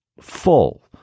full